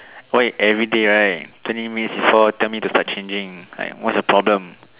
why everyday right thirty minutes before tell me to start changing like what's your problem